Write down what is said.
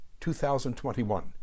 2021